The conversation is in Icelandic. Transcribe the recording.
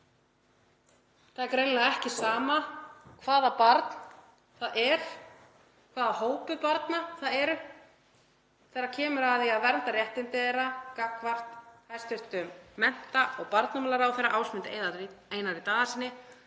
Það er greinilega ekki sama hvaða barn það er, hvaða hópur barna það er þegar kemur að því að vernda réttindi þeirra gagnvart hæstv. mennta- og barnamálaráðherra Ásmundi Einari Daðasyni.